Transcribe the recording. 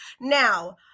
Now